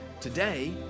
today